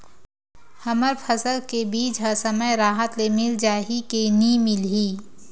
हमर फसल के बीज ह समय राहत ले मिल जाही के नी मिलही?